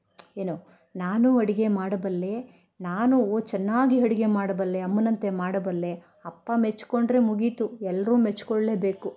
ಏನು ನಾನು ಅಡುಗೆ ಮಾಡಬಲ್ಲೇ ನಾನು ಚೆನ್ನಾಗಿ ಅಡ್ಗೆ ಮಾಡಬಲ್ಲೆ ಅಮ್ಮನಂತೆ ಮಾಡಬಲ್ಲೆ ಅಪ್ಪ ಮೆಚ್ಚಿಕೊಂಡ್ರೆ ಮುಗೀತು ಎಲ್ಲರೂ ಮೆಚ್ಚಿಕೊಳ್ಳೇ ಬೇಕು